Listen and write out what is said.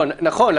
נכון,